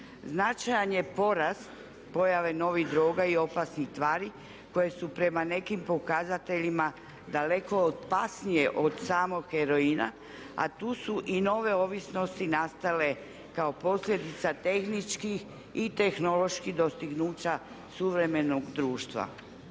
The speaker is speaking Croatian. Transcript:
Značajan je porast pojave novih droga i opasnih tvari koje su prema nekim pokazateljima daleko opasnije od samog heroina a tu i nove ovisnosti nastale kao posljedica tehničkih i tehnoloških dostignuća suvremenog društva